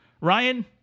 Ryan